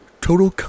total